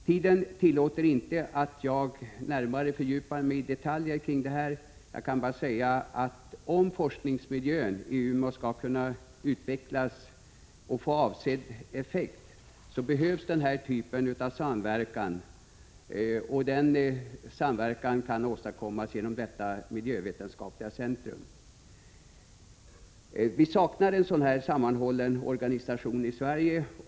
Tiden tillåter inte att jag närmare fördjupar mig i detaljer; jag kan bara säga, att om forskningsmiljön i Umeå skall kunna utvecklas och få avsedd effekt, behövs denna typ av samverkan och att en sådan samverkan kan åstadkommas genom detta miljövetenskapliga centrum. Vi saknar en sammanhållen organisation av det slaget i Sverige.